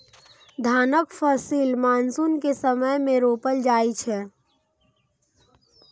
धानक फसिल मानसून के समय मे रोपल जाइ छै